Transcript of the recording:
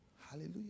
Hallelujah